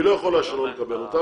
היא לא יכולה שלא לקבל אותה,